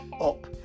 up